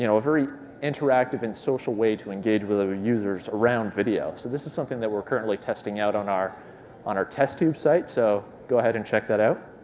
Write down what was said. you know a very interactive and social way to engage with other users around video. so this is something that we're currently testing out on our on our testtube site, so go ahead and check that out.